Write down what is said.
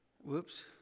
Whoops